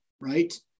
right